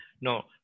No